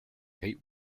kate